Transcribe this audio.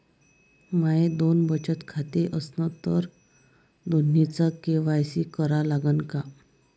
माये दोन बचत खाते असन तर दोन्हीचा के.वाय.सी करा लागन का?